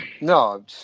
No